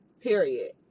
period